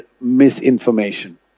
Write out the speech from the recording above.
misinformation